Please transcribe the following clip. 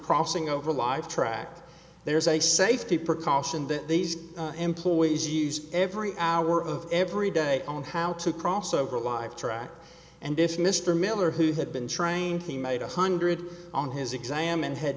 crossing over live track there's a safety precaution that these employees use every hour of every day on how to cross over a live track and if mr miller who had been trained he made a hundred on his exam and had